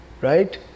right